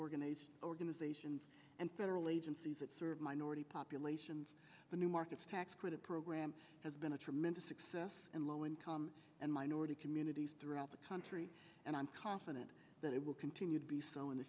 organized organizations and federal agencies that serve minority populations the new markets tax credit program has been a tremendous success and low income and minority communities throughout the country and i'm confident that it will continue to be so in the